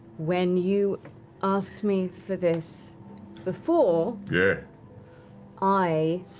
when you asked me for this before, yeah i